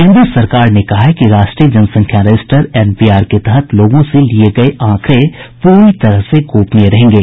केन्द्र सरकार ने कहा है कि राष्ट्रीय जनगणना रजिस्टर एनपीआर के तहत लोगों से लिये गये आंकड़े पूरी तरह से गोपनीय रहेंगे